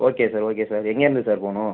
okay sir okay sir எங்கேருந்து sir போணும்